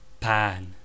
Pan